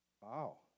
Wow